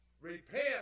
Repent